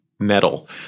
Metal